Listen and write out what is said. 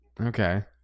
Okay